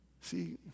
See